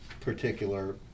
particular